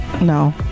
No